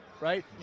right